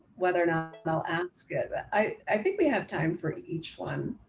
whether or not i'll ask it, but i think we have time for each one.